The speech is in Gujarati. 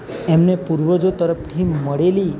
એમને પૂર્વજો તરફથી મળેલી